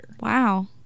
Wow